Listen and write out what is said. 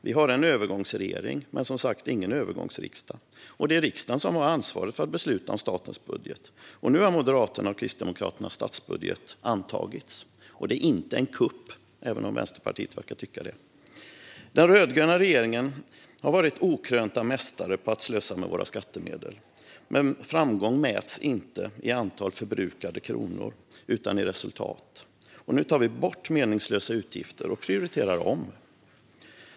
Vi har en övergångsregering men, som sagt var, inte en övergångsriksdag. Det är riksdagen som har ansvaret för att besluta om statens budget, och nu har Moderaternas och Kristdemokraternas statsbudget antagits. Det är inte en kupp, även om Vänsterpartiet verkar tycka det. Den rödgröna regeringen har varit okrönta mästare när det gäller att slösa med våra skattemedel. Men framgång mäts inte i antal förbrukade kronor utan i resultat. Nu tar vi bort meningslösa utgifter och prioriterar om.